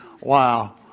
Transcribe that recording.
wow